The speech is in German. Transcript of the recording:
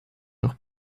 noch